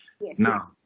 Now